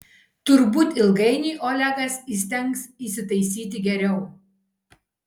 turbūt ilgainiui olegas įstengs įsitaisyti geriau